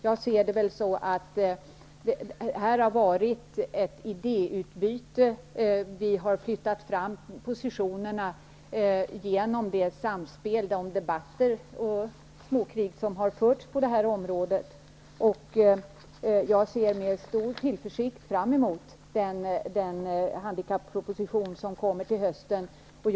Jag ser det som så att det har varit ett idéutbyte och att vi har flyttat fram positionerna genom det samspel i form av debatter och småkrig som har förts på detta område. Jag ser med stor tillförsikt fram emot den handikapproposition som kommer att lämnas till hösten.